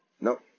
No